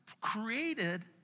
created